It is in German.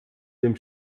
dem